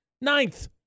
Ninth